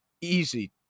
easy